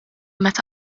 meta